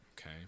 okay